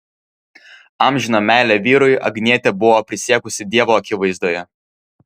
amžiną meilę vyrui agnietė buvo prisiekusi dievo akivaizdoje